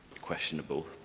questionable